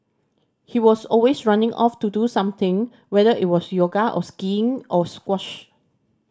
he was always running off to do something whether it was yoga or skiing or squash